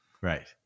Right